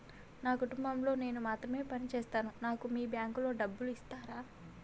నా కుటుంబం లో నేను మాత్రమే పని చేస్తాను నాకు మీ బ్యాంకు లో డబ్బులు ఇస్తరా?